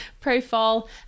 profile